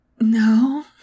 No